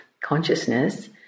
consciousness